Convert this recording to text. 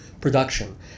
production